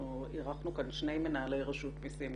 אנחנו ארחנו כאן שני מנהלי רשות מסים,